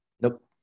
Nope